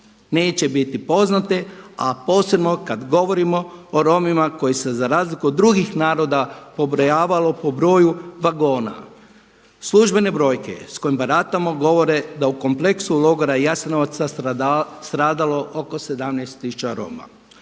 neće biti poznate, a posebno kada govorimo o Romima koji se za razliku od drugih naroda pobrojavalo po broju vagona. Službene brojke s kojima baratamo govore da u kompleksu logora Jasenovca stradalo oko 17 tisuća Roma.